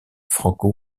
franco